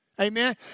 Amen